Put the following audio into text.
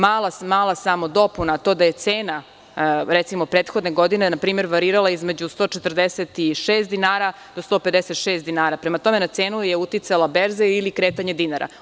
Mala dopuna tome, da je cena, recimo, prethodne godine varirala između 146 do 156 dinara, prema tome, na cenu je uticala berza ili kretanje dinara.